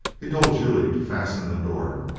he told julia to fasten the door,